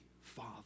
father